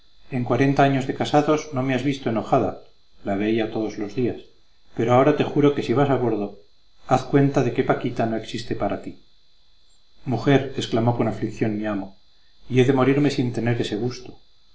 en cuarenta años de casados no me has visto enojada la veía todos los días pero ahora te juro que si vas a bordo haz cuenta de que paquita no existe para ti mujer exclamó con aflicción mi amo y he de morirme sin tener ese gusto